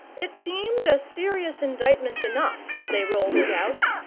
it seemed a serious indictment enough, as they rolled it out.